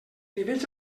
nivells